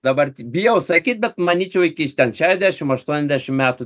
dabar bijau sakyt bet manyčiau iki ten šešiasdešimt aštuoniasdešimt metų